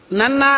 Nana